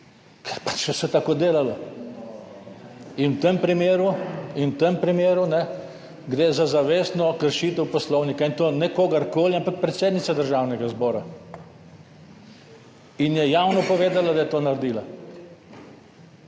Ker se je pač tako delalo. V tem primeru gre za zavestno kršitev poslovnika, in to ne kogarkoli, ampak predsednice Državnega zbora. In je javno povedala, da je to naredila.